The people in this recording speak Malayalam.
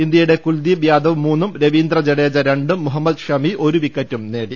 ഇന്ത്യയുടെ കുൽദീപ് യാദവ് മൂന്നും രവീന്ദ്ര ജഡേജ രണ്ടും മുഹമ്മദ് ഷമി ഒരു വിക്കറ്റും നേടി